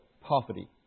poverty